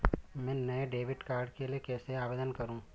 मैं नए debit card के लिए कैसे आवेदन करूं?